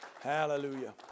hallelujah